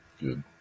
Good